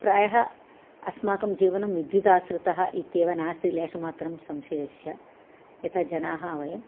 प्रायः अस्माकं जीवनं विद्युदाश्रितः इत्येव नास्ति लेशमात्रं संशयस्य यतः जनाः वयं